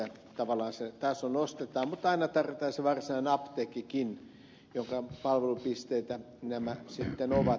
tavallaan se taso nostetaan mutta aina tarvitaan se varsinainen apteekkikin jonka palvelupisteitä nämä sitten ovat